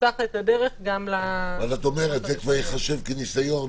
יפתח את הדרך גם --- את אומרת שזה כבר ייחשב כניסיון.